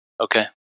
Okay